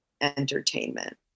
entertainment